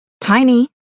Tiny